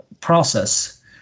process